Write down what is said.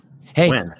Hey